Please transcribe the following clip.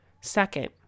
Second